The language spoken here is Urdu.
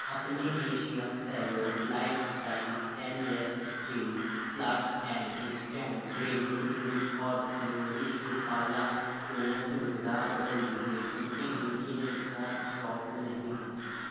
اپنی Asia Cello lifestyle stainless steel flask Tang instant drink premix اور نیورش یو کالا کیونا کی مقدار بدل دیجیے کیونکہ ان کی یہ مقدار اسٹاک میں نہیں ہیں